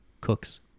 cooks